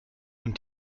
und